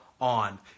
on